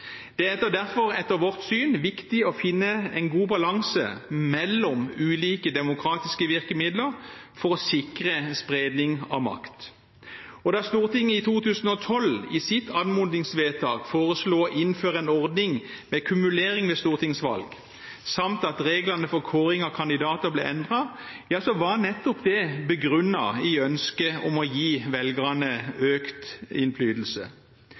Det er derfor etter vårt syn viktig å finne en god balanse mellom ulike demokratiske virkemidler for å sikre spredning av makt. Da Stortinget i 2012 i sitt anmodningsvedtak foreslo å innføre en ordning med kumulering ved stortingsvalg samt at reglene for kåring av kandidater ble endret, var det begrunnet i ønsket om å gi velgerne økt innflytelse.